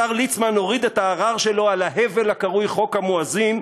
השר ליצמן הוריד את הערר שלו על ההבל הקרוי חוק המואזין,